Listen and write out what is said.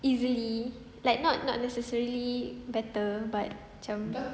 easily like not not necessarily better but macam